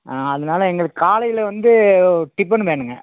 அதனால எங்களுக்கு காலையில் வந்து டிஃபனு வேணுங்க